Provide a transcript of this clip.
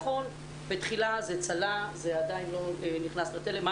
נכון, בהתחלה זה צלע, זה עדיין לא נכנס לתלם.